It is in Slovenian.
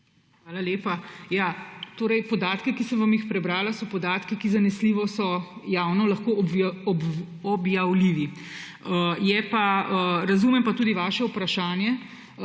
Hvala lepa. Podatki, ki sem vam jih prebrala, so podatki, ki so zanesljivo javno lahko objavljivi. Razumem pa tudi vaše vprašanje,